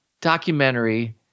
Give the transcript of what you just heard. documentary